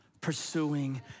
pursuing